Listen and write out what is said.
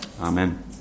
Amen